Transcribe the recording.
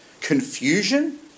confusion